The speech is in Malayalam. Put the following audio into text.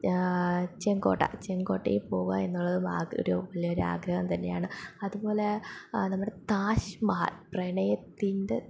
ആ ചെങ്കോട്ട ചെങ്കോട്ടയിൽ പോവുക എന്നുള്ളത് ഒരു വലിയൊരു ആഗ്രഹം തന്നെയാണ് അതുപോലെ നമ്മുടെ താജ്മഹൽ പ്രണയത്തിൻ്റെ